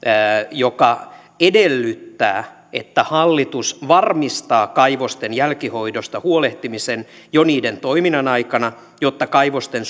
joka edellyttää että hallitus varmistaa kaivosten jälkihoidosta huolehtimisen jo niiden toiminnan aikana jotta kaivosten